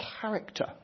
character